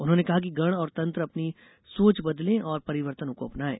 उन्होने कहा कि गण और तंत्र अपनी सोच बदले और परिवर्तनों को अपनाएं